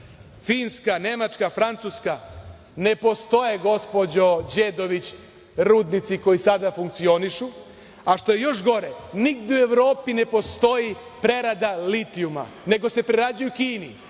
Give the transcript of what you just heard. Finska, Nemačke, Francuska. Ne postoje, gospođo Đedović, rudnici koji sada funkcionišu, a što je još gore, nigde u Evropi ne postoji prerada litijuma, nego se prerađuje u